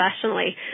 professionally